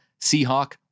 Seahawk